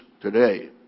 today